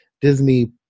Disney